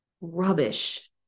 rubbish